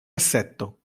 assetto